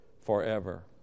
forever